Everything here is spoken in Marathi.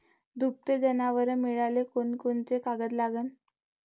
दुभते जनावरं मिळाले कोनकोनचे कागद लागन?